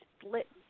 split